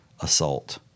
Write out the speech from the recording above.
assault